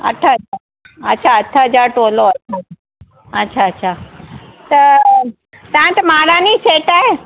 अठु अच्छा अठु हज़ार तोलो आहे अच्छा अच्छा त तव्हां वटि महारानी सेट आहे